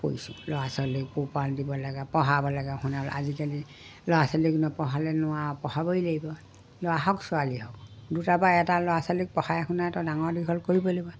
কৰিছোঁ ল'ৰা ছোৱালীক পোহপাল দিব লাগে পঢ়াব লাগে শুনালোঁ আজিকালি ল'ৰা ছোৱালীক নপঢ়ালে নোৱাৰি পঢ়াবই লাগিব ল'ৰা হওক ছোৱালী হওক দুটা বা এটা ল'ৰা ছোৱালীক পঢ়াই শুনাইতো ডাঙৰ দীঘল কৰিব লাগিব